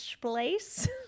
place